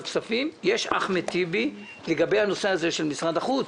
הכספים שומעים את אחמד טיבי מדבר על נושא משרד החוץ